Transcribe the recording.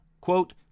Quote